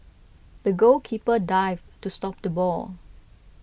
the goalkeeper dived to stop the ball